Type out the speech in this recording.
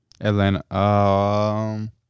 Atlanta